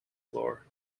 floor